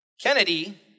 Kennedy